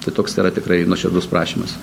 tai toks yra tikrai nuoširdus prašymas